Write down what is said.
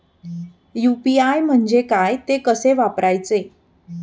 UPI म्हणजे काय, ते कसे वापरायचे?